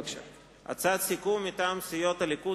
הצעת סיכום מטעם סיעות הליכוד,